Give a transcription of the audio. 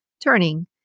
Turning